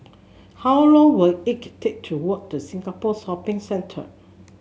how long will it take to walk to Singapore Shopping Centre